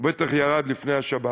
והוא בטח ירד לפני השבת,